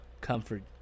comfort